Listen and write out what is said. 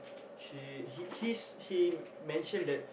she he he's he mention that